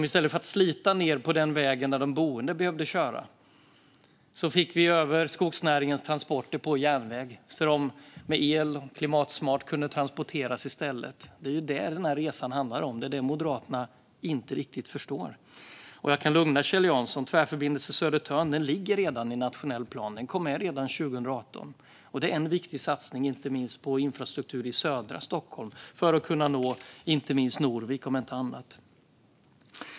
I stället för att slita på den väg där de boende behövde köra fick vi över skogsnäringens transporter på järnväg, så att de i stället kunde transporteras klimatsmart med el. Det är det som den här resan handlar om, men det är det som Moderaterna inte riktigt förstår. Jag kan lugna Kjell Jansson med att Tvärförbindelse Södertörn redan ligger i nationell plan. Den kom med där redan 2018. Det är en viktig satsning på infrastruktur i södra Stockholm för att kunna nå Norvik, om inte annat.